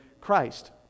Christ